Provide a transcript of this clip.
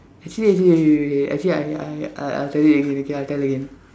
actually okay okay okay okay actually I I I I'll tell you again okay I'll tell again